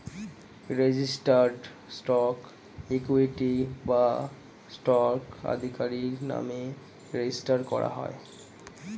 registered stock equity বা stock আধিকারির নামে রেজিস্টার করা থাকে